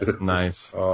Nice